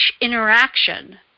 interaction